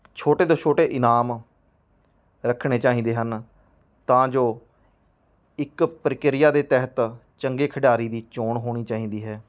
ਛੋਟੇ ਤੋਂ ਛੋਟੇ ਇਨਾਮ ਰੱਖਣੇ ਚਾਹੀਦੇ ਹਨ ਤਾਂ ਜੋ ਇੱਕ ਪ੍ਰਕਿਰਿਆ ਦੇ ਤਹਿਤ ਚੰਗੇ ਖਿਡਾਰੀ ਦੀ ਚੋਣ ਹੋਣੀ ਚਾਹੀਦੀ ਹੈ